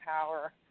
power